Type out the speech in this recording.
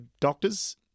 doctors